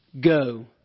go